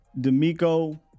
D'Amico